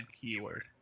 keyword